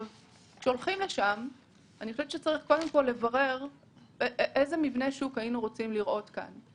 צריך קודם לברר איזה מבנה שוק היינו רוצים לראות כאן,